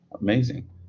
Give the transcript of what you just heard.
Amazing